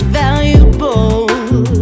valuable